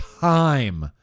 Time